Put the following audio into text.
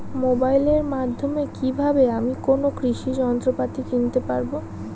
মোবাইলের মাধ্যমে কীভাবে আমি কোনো কৃষি যন্ত্রপাতি কিনতে পারবো?